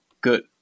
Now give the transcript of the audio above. good